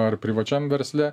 ar privačiam versle